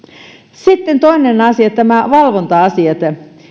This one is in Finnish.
sitten toinen asia nämä valvonta asiat